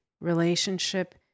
relationship